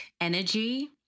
energy